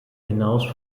hinaus